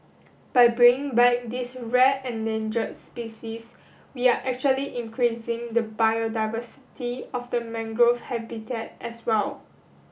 by bringing back this rare endangered species we are actually increasing the biodiversity of the mangrove habitat as well